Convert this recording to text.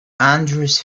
andrews